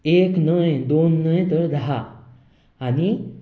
एक न्हय दोन न्हय तर धा आनी